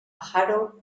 harold